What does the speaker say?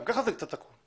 גם כך זה קצת עקום.